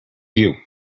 view